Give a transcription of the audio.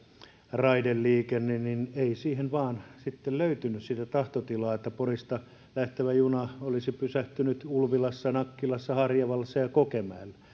raideliikenne ei siihen vain sitten löytynyt sitä tahtotilaa että porista lähtevä juna olisi pysähtynyt ulvilassa nakkilassa harjavallassa ja kokemäellä